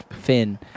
Finn